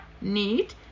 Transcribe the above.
need